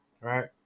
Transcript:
right